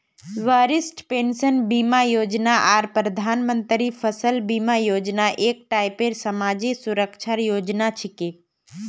वरिष्ठ पेंशन बीमा योजना आर प्रधानमंत्री फसल बीमा योजना एक टाइपेर समाजी सुरक्षार योजना छिके